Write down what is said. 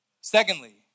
Secondly